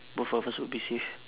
both of us would be safe